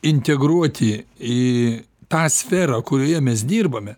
integruoti į tą sferą kurioje mes dirbame